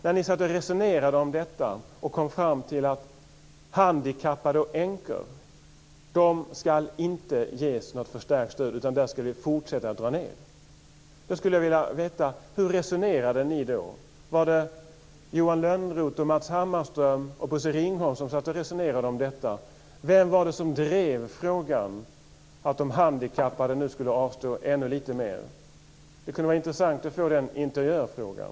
När ni satt och resonerade om detta och kom fram till att handikappade och änkor inte ska ges något förstärkt stöd utan där skulle ni fortsätta att dra ned, hur resonerade ni då? Vad det Johan Lönnroth, Matz Hammarström och Bosse Ringholm som satt och resonerade om detta? Vem var det som drev frågan att de handikappade nu skulle avstå ännu lite mer? Det kunde vara intressant att få den interiören i frågan.